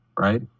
Right